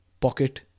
pocket